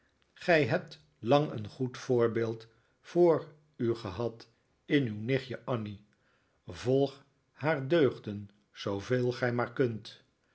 gij hebt lang een goed voorbeeld voor u gehad in uw nichtje annie volg haar deugden na zooveel gij maar kunt